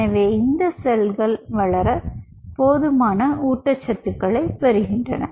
எனவே இந்த செல்கள் வளர போதுமான ஊட்டச்சத்துக்களைப் பெறுகின்றன